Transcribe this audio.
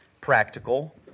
practical